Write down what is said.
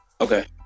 Okay